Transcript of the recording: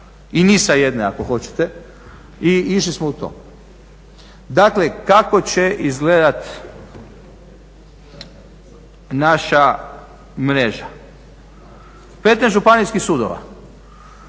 i mi da jedne ako hoćete i išli smo u to. Dakle kako će izgledati naša mreža. 15 županijskih sudova,